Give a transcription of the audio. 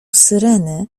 syreny